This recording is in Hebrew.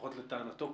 לפחות לטענתו.